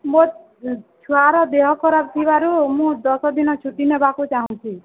ମୋ ଛୁଆର ଦେହ ଖରାପ ଥିବାରୁ ମୁଁ ଦଶ ଦିନ ଛୁଟି ନେବାକୁ ଚାହୁଁଛି